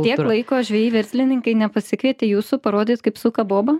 tiek laiko žvejai verslininkai nepasikvietė jūsų parodyt kaip suka boba